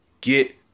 get